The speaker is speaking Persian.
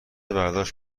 برداشت